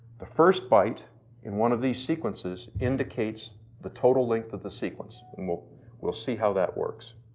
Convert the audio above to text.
the first byte in one of these sequences indicates the total length of the sequence and we'll we'll see how that works.